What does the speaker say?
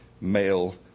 male